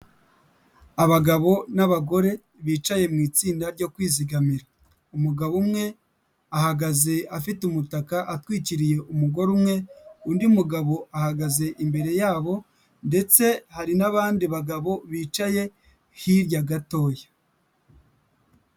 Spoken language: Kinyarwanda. Abagabo n'abagore bicaye mu itsinda ryo kwizigamira, umugabo umwe ahagaze afite umutaka atwikiriye umugore umwe, undi mugabo ahagaze imbere yabo ndetse hari n'abandi bagabo bicaye hirya gatoya.